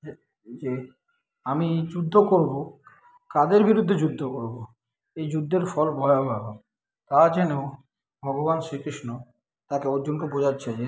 যে যে আমি যুদ্ধ করবো কাদের বিরুদ্ধে যুদ্ধ করবো এই যুদ্ধের ফল ভয়াবহ তা জেনেও ভগবান শ্রী কৃষ্ণ তাকে অর্জুনকে বোঝাচ্ছে যে